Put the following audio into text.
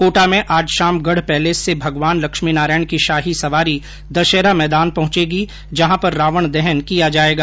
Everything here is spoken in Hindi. कोटा में आज शाम गढ पैलेस से भगवान लक्ष्मीनारायण की शाही सवारी दशहरा मैदान पहुंचेगी जहां पर रावण दहन किया जायेगा